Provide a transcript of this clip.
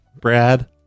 Brad